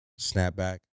snapback